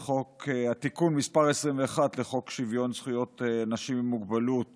תיקון מס' 21 לחוק שוויון זכויות אנשים עם מוגבלות